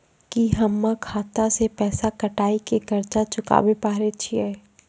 की हम्मय खाता से पैसा कटाई के कर्ज चुकाबै पारे छियै?